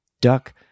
Duck